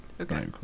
Okay